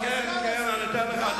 כן, אני נותן לך.